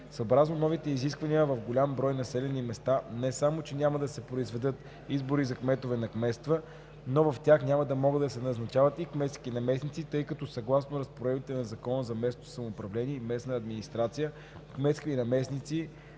Съобразно новите изисквания в голям брой населени места, не само че няма да се произведат избори за кметове на кметства, но в тях няма да могат да се назначат и кметски наместници, тъй като съгласно разпоредбите на Закона за местното самоуправление и местната администрация кметски наместници